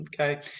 okay